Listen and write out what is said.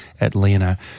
Atlanta